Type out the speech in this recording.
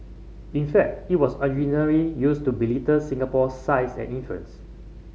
in fact it was used to belittle Singapore's size and influence